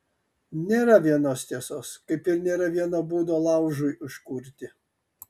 nėra vienos tiesos kaip ir nėra vieno būdo laužui užkurti